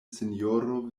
sinjoro